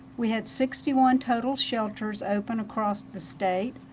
we had sixty one total shelters open across the state.